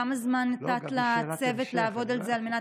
כמה זמן נתת לצוות לעבוד על זה על מנת